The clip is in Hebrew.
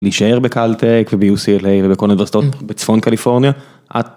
נשאר ב-CAL Tech וב-UCLA ובכל האוניברסיטות בצפון קליפורניה.